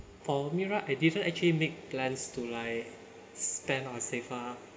for me right I didn't actually make plans to like spend or safe ah